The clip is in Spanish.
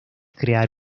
crear